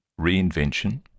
Reinvention